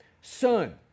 Son